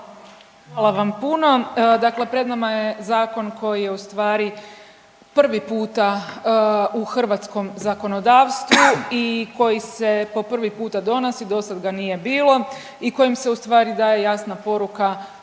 Hvala vam puno. Dakle pred nama je zakon koji je ustvari prvi puta u hrvatskom zakonodavstvu i koji se po prvi puta donosi, dosad ga nije bilo i kojim se ustvari daje jasna poruka da se radnika